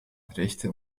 rechte